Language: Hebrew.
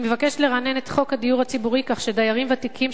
אני מבקשת לרענן את חוק הדיור הציבורי כך שדיירים ותיקים